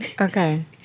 Okay